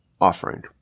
offering